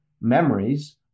memories